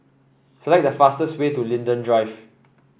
select the fastest way to Linden Drive